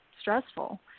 stressful